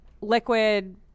liquid